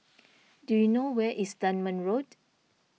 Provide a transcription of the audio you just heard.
do you know where is Dunman Road